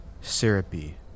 syrupy